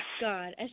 God